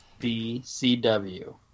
BCW